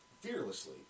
fearlessly